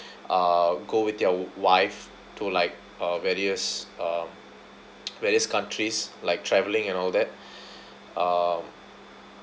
uh go with their wife to like uh various um various countries like travelling and all that um